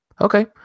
Okay